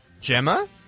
Gemma